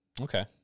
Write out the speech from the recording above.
Okay